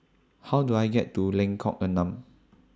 How Do I get to Lengkok Enam